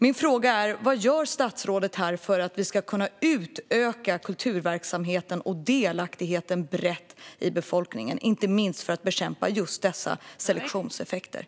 Min fråga är: Vad gör statsrådet för att vi ska kunna utöka kulturverksamheten och delaktigheten brett i befolkningen, inte minst för att bekämpa just selektionseffekterna?